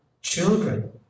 children